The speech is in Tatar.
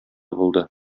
булды